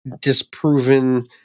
disproven